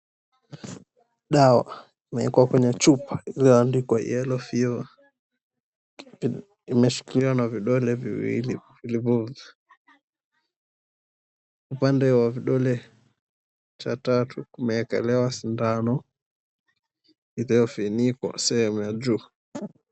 Dawa imewekwa kwenye chupa iliyoandikwa yellow fever imeshikiliwa na vidole viwili vilivyo upande wa vidole cha tatu kumeekelewa sindano iliyofinikwa sehemu ya juu.